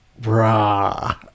brah